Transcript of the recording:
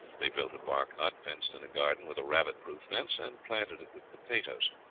they built a bark hut, fenced in a garden with a rabbit-proof fence, and planted it with potatoes.